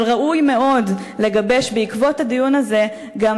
אבל ראוי מאוד לגבש בעקבות הדיון הזה גם